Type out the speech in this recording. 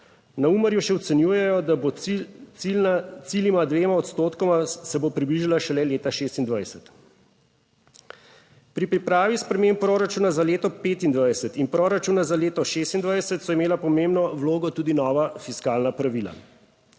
Na Umarju še ocenjujejo, da bo cilju, dvema odstotkoma, se bo približala šele leta 2026. Pri pripravi sprememb proračuna za leto 2025 in proračuna za leto 2026 so imela pomembno vlogo tudi nova fiskalna pravila.